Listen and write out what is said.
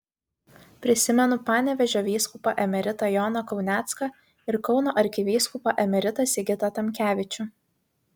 prisimenu panevėžio vyskupą emeritą joną kaunecką ir kauno arkivyskupą emeritą sigitą tamkevičių